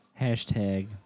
Hashtag